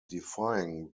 defying